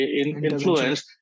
influence